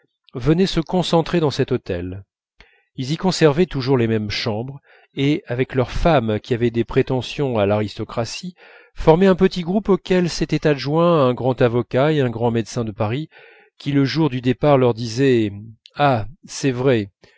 venaient se concentrer dans cet hôtel ils y conservaient toujours les mêmes chambres et avec leurs femmes qui avaient des prétentions à l'aristocratie formaient un petit groupe auquel s'étaient adjoints un grand avocat et un grand médecin de paris qui le jour du départ leur disaient ah